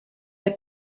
der